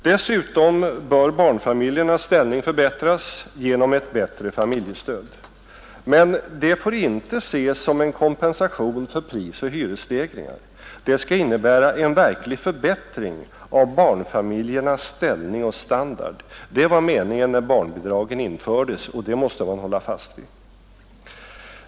Dessutom bör barnfamiljernas ställning förbättras genom ett ökat familjestöd. Men det får inte ges som en kompensation för prisoch hyresstegringar; det skall innebära en verklig förbättring av barnfamiljernas ställning och standard. Det var meningen när barnbidragen infördes och det måste vi hålla fast vid.